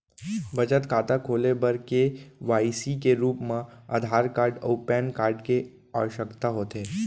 बचत खाता खोले बर के.वाइ.सी के रूप मा आधार कार्ड अऊ पैन कार्ड के आवसकता होथे